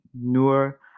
nur